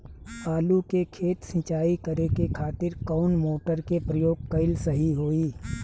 आलू के खेत सिंचाई करे के खातिर कौन मोटर के प्रयोग कएल सही होई?